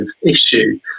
issue